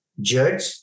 judge